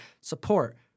Support